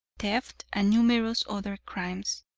theft and numerous other crimes,